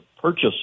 purchase